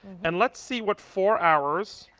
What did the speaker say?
and let's see what for hours,